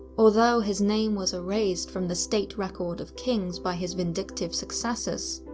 although his name was erased from the state record of kings by his vindictive successors,